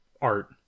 art